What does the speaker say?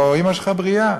או אימא שלך בריאה.